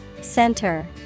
Center